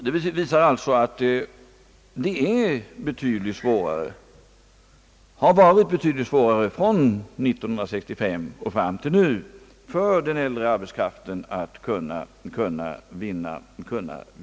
Detta visar alltså att det varit betydligt svårare under tiden från 19653 och fram till i dag för den äldre arbetskraften att kunna vinna sysselsättning.